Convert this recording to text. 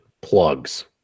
plugs